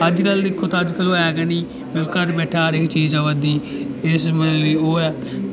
अजकल दिक्खो तां अजकल ओह् है गै नेईं चलो घर बैठे दे हर इक चीज आवै दी इस जमानै च ओह् ऐ